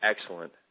excellent